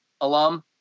alum